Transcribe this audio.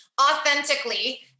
authentically